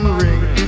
ring